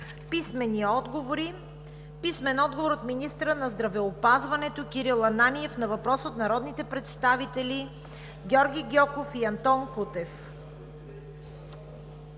Писмени отговори от: - министъра на здравеопазването Кирил Ананиев на въпрос от народните представители Георги Гьоков и Антон Кутев;